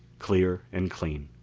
clear and clean.